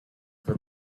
for